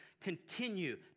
continue